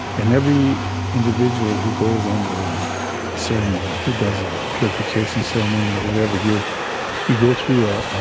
and every individual who goes onto ah a ceremony, who does a purification ceremony or whatever, you you go through a